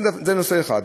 זה נושא אחד.